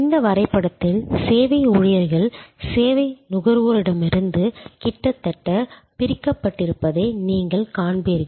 இந்த வரைபடத்தில் சேவை ஊழியர்கள் சேவை நுகர்வோரிடமிருந்து கிட்டத்தட்ட பிரிக்கப்பட்டிருப்பதை நீங்கள் காண்பீர்கள்